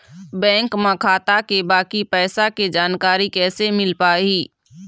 Bank म खाता के बाकी पैसा के जानकारी कैसे मिल पाही?